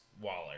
Waller